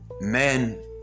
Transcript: men